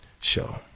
show